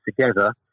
together